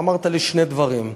ואמרת לי שני דברים: